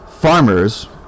farmers